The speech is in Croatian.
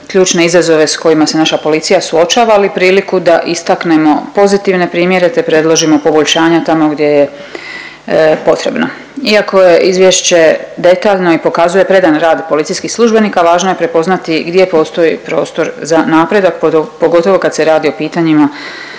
ključne izazove s kojima se naša policija suočava ali i priliku da istaknemo pozitivne primjere te predložimo poboljšanja tamo gdje je potrebno. Iako je izvješće detaljno i pokazuje predan rad policijskih službenika, važno je prepoznati gdje postoji prostor za napredak pogotovo kad se radi o pitanjima